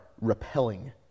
repelling